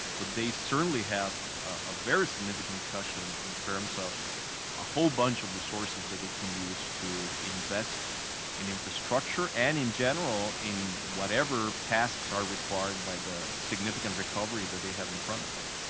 but they certainly have a very significant cushion in terms of a whole bunch of resources that they can use to invest in infrastructure and in general, in whatever tasks are required by the significant recovery that they have in front of them.